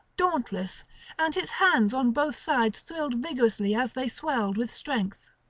dauntless and his hands on both sides thrilled vigorously as they swelled with strength.